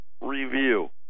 review